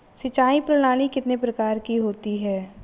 सिंचाई प्रणाली कितने प्रकार की होती है?